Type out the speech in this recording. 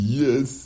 yes